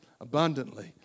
abundantly